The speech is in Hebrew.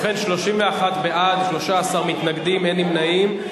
ובכן, 31 בעד, 13 מתנגדים, אין נמנעים.